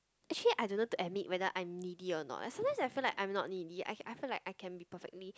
actually I don't know to admit whether I'm needy or not like sometimes I feel like I'm not needy I I feel like I can be perfectly